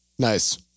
Nice